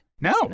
No